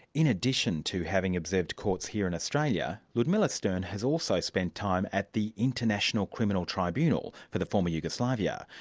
in addition to having observed courts here in australia, ludmilla stern has also spent time at the international criminal tribunal for the former yugoslavia,